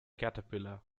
caterpillar